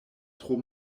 tro